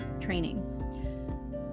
training